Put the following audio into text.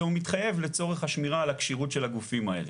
מתחייב לצורך השמירה על הכשירות של הגופים האלה.